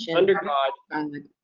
yeah under god, and